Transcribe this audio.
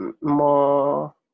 more